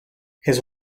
his